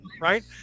right